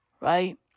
right